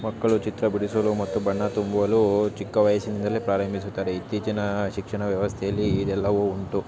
ಮಕ್ಕಳು ಚಿತ್ರ ಬಿಡಿಸಲು ಮತ್ತು ಬಣ್ಣ ತುಂಬಲು ಚಿಕ್ಕ ವಯಸ್ಸಿನಿಂದಲೇ ಪ್ರಾರಂಭಿಸುತ್ತಾರೆ ಇತ್ತೀಚಿನ ಶಿಕ್ಷಣ ವ್ಯವಸ್ಥೆಯಲ್ಲಿ ಇದೆಲ್ಲವು ಉಂಟು